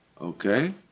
Okay